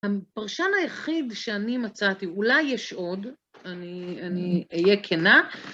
הפרשן היחיד שאני מצאתי, אולי יש עוד, אני אהיה כנה,